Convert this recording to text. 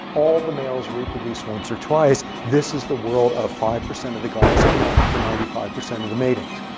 all the males reproduce once or twice. this is the world of five percent of the guys accounting for ninety five percent of the matings.